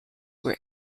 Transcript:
were